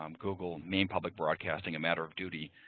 um google maine public broadcasting, a matter of duty.